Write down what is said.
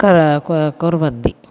कर कुव कुर्वन्ति